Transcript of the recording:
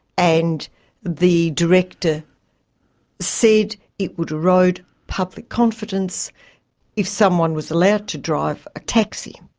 and the director said it would erode public confidence if someone was allowed to drive a taxi,